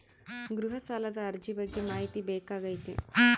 ಗೃಹ ಸಾಲದ ಅರ್ಜಿ ಬಗ್ಗೆ ಮಾಹಿತಿ ಬೇಕಾಗೈತಿ?